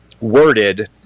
worded